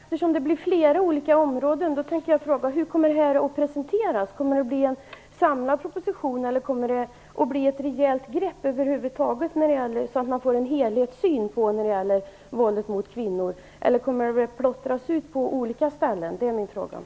Fru talman! Eftersom det blir fler olika områden tänker jag fråga: Hur kommer detta att presenteras? Kommer det att bli en samlad proposition, blir det ett rejält grepp över huvud taget, så att man får en helhetssyn när det gäller våldet mot kvinnor, eller kommer det att plottras ut på olika ställen? Det är mina frågor.